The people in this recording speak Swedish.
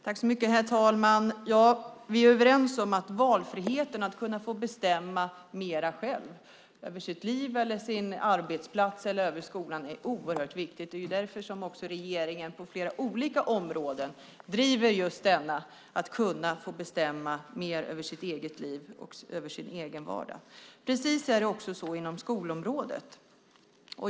Herr talman! Vi är överens om valfriheten - att det är oerhört viktigt att kunna få bestämma mer själv över sitt liv, sin arbetsplats eller skolan. Det är därför som regeringen på flera olika områden driver just frågan om att man ska få bestämma mer över sitt eget liv och över sin egen vardag. Det är precis så också inom skolområdet.